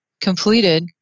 completed